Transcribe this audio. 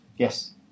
Yes